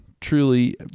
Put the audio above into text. Truly